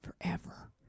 forever